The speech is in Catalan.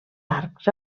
arcs